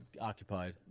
occupied